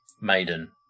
Maiden